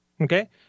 okay